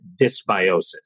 dysbiosis